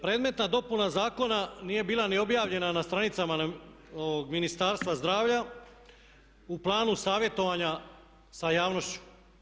Predmetna dopuna zakona nije bila ni objavljena na stranicama Ministarstva zdravlja u planu savjetovanja sa javnošću.